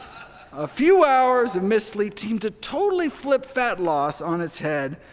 a few hours of missed sleep seemed to totally flip fat loss on its head,